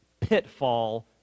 pitfall